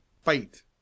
fight